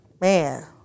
Man